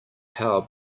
power